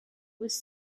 was